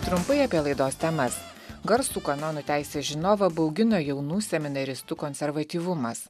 trumpai apie laidos temas garsų kanonų teisės žinovą baugina jaunų seminaristų konservatyvumas